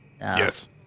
yes